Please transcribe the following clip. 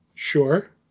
sure